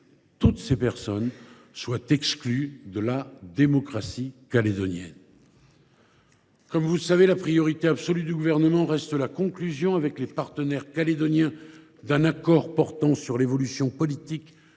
toutes ces personnes soient exclues de la démocratie calédonienne. Comme vous le savez, la priorité absolue du Gouvernement reste la conclusion avec les partenaires calédoniens d’un accord portant sur l’évolution politique